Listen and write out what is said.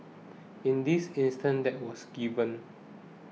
in this instance that was given